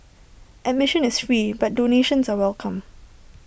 admission is free but donations are welcome